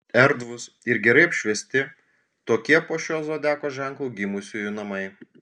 erdvūs ir gerai apšviesti tokie po šiuo zodiako ženklu gimusiųjų namai